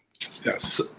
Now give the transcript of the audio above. Yes